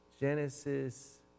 Genesis